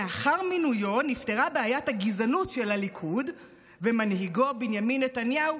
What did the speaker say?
לאחר מינויו נפתרה בעיית הגזענות של הליכוד ומנהיגו בנימין נתניהו,